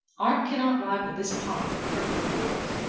art cannot rival this pomp of purple and gold.